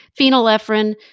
phenylephrine